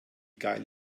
geil